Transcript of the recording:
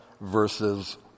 verses